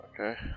Okay